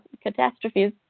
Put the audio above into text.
catastrophes